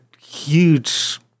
huge